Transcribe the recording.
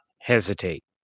hesitate